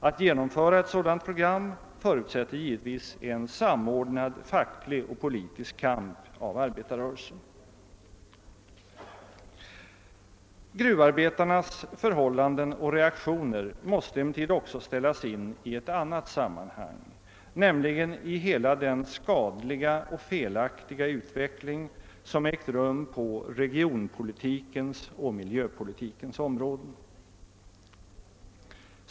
Att genomföra ett sådant program förutsätter givetvis en samordnad facklig och politisk kamp av arbetarrörelsen. Gruvarbetarnas förhållanden och reaktioner måste emellertid också sättas in i ett annat sammanhang, nämligen i hela den skadliga och felaktiga utveckling som ägt rum på regionoch miljöpolitikens område.